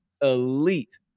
elite